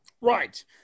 right